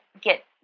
get